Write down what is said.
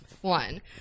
One